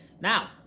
Now